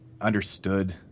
understood